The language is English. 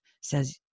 says